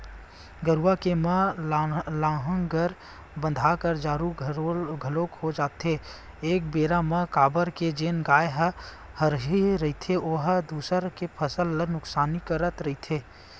गरुवा के म लांहगर बंधाना जरुरी घलोक हो जाथे एक बेरा म काबर के जेन गाय ह हरही रहिथे ओहर दूसर के फसल ल नुकसानी करत रहिथे